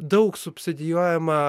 daug subsidijuojama